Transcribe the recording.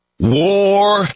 war